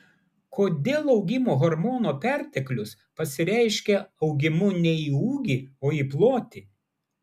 kodėl augimo hormono perteklius pasireiškia augimu ne į ūgį o į plotį